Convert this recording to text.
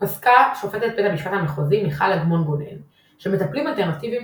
פסקה שופטת בית המשפט המחוזי מיכל אגמון-גונן שמטפלים אלטרנטיביים